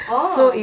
orh